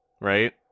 right